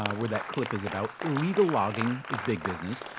ah where that clip is about, illegal logging is big business.